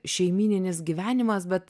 šeimyninis gyvenimas bet